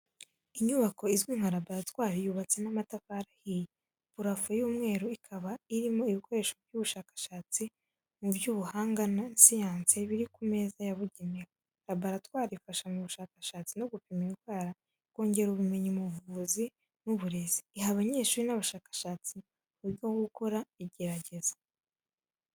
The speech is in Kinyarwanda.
Inyubako izwi nka laboratwari yubatse n'amatafari ahiye, purafo y'umweru ikaba irimo ibikoresho by'ubushakashatsi mu by'ubuhanga na siyansi biri ku meza yabugenewe. Laboratwari ifasha mu bushakashatsi no gupima indwara, ikongera ubumenyi mu buvuzi n’uburezi. Iha abanyeshuri n’abashakashatsi uburyo bwo gukora igerageza.